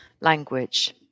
language